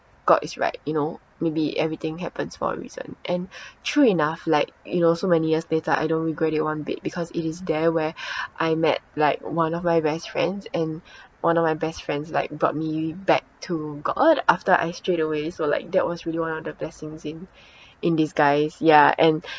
god is right you know maybe everything happens for a reason and true enough like so many years later I don't regret it one bit because it is there where I met like one of my best friends and one of my best friends like brought me back to god after I strayed away so like that was really one of the blessings in in disguise ya and